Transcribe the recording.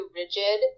rigid